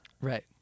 Right